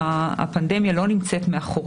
גם בכמות הנפטרים היומית,